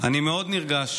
אני מאוד נרגש.